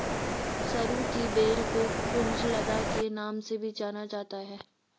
सरू की बेल को कुंज लता के नाम से भी जाना जाता है